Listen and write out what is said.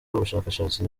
ubushakashatsi